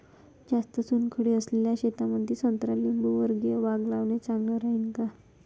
जास्त चुनखडी असलेल्या शेतामंदी संत्रा लिंबूवर्गीय बाग लावणे चांगलं राहिन का?